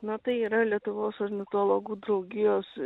na tai yra lietuvos ornitologų draugijos